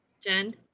Jen